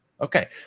Okay